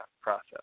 process